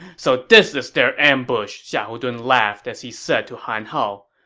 so this is their ambush, xiahou dun laughed as he said to han hao.